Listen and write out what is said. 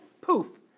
Poof